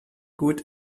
gut